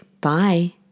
Bye